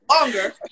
longer